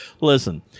Listen